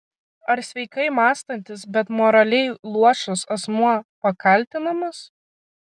ar sveikai mąstantis bet moraliai luošas asmuo pakaltinamas